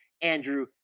Andrew